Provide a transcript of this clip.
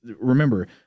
remember